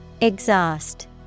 Exhaust